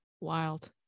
Wild